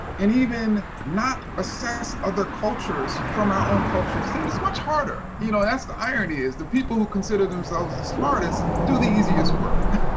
and even not assess other cultures from our own cultural stand it's much harder. you know that's the irony is the people who consider themselves the smartest do the easiest work.